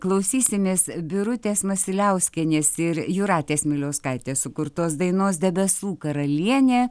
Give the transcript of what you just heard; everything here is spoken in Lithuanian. klausysimės birutės masiliauskienės ir jūratės miliauskaitės sukurtos dainos debesų karalienė